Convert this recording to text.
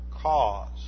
cause